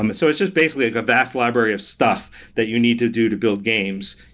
um so, it's it's basically like a vast library of stuff that you need to do to build games.